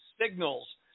signals